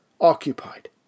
occupied